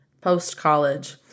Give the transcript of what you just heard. post-college